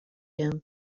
him